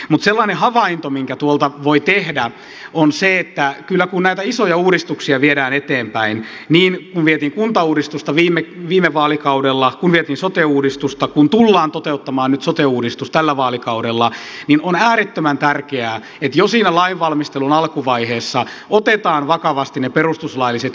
mutta sellainen havainto minkä tuolta voi tehdä on se että kyllä kun näitä isoja uudistuksia viedään eteenpäin niin kuin vietiin kuntauudistusta viime vaalikaudella kun vietiin sote uudistusta kun tullaan toteuttamaan nyt sote uudistus tällä vaalikaudella niin on äärettömän tärkeää että jo siinä lainvalmistelun alkuvaiheessa otetaan vakavasti ne perustuslailliset kysymykset